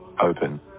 open